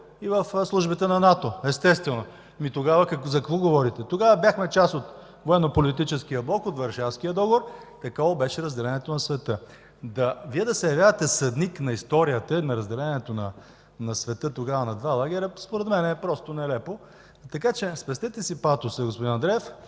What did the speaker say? Тогава за какво говорите? Тогава бяхме част от военно-политическия блок от Варшавския договор. Такова беше разделението на света. Вие да се явявате съдник на историята и на разделението на света тогава на два лагера, според мен, е просто нелепо. Така че спестете си патоса, господин Андреев.